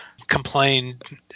complained